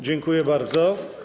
Dziękuję bardzo.